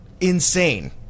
insane